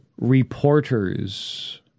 reporters